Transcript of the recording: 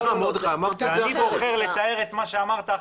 ואני בוחר לתאר את מה שאמרת אחרת.